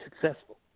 successful